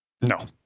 No